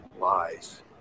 lies